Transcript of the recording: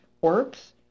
works